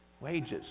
Wages